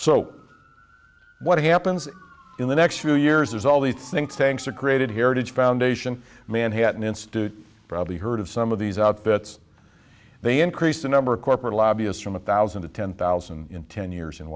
so what happens in the next few years is all these think tanks are created heritage foundation manhattan institute probably heard of some of these outfits they increase the number of corporate lobbyists from one thousand to ten thousand in ten years in